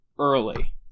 Early